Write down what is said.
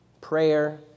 prayer